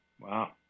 Wow